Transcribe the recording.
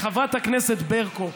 לחברת הכנסת ברקו,